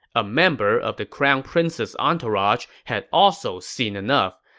a member of the crown prince's entourage had also seen enough.